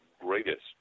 greatest